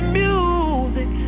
music